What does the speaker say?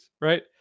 right